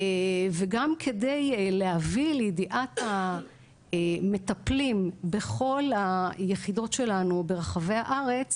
וגם כדי להביא לידיעת המטפלים בכל היחידות שלנו ברחבי הארץ